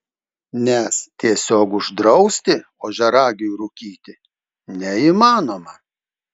nes tiesiog uždrausti ožiaragiui rūkyti neįmanoma